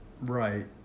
Right